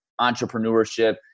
entrepreneurship